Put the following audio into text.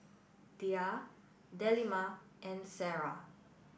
Dhia Delima and Sarah